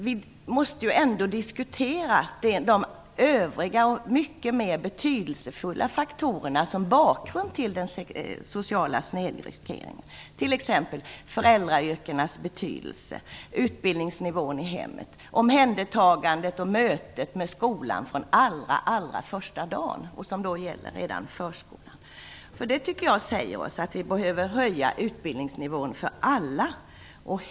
Vi måste diskutera också de övriga och mycket mer betydelsefulla faktorerna i bakgrunden till den sociala snedrekryteringen, t.ex. föräldrayrkenas betydelse, utbildningsnivån i hemmet, omhändertagandet i och mötet med skolan från allra första dagen redan i förskolan. Jag tycker att det säger oss att vi behöver höja utbildningsnivån för alla.